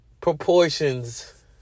proportions